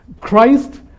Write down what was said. Christ